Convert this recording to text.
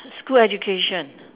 school education